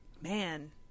man